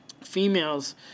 females